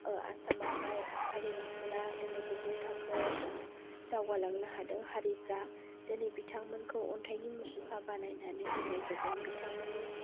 आसामआवहाय हारिमुफोरा हारिनि गोजौ थाखोआव दावगालांनो हादों हारिफ्रा दिनै बिथांमोनखौ अन्थाइनि मुसुखा बानायनानै दोननाय जादों बिथांमोननि